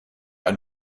een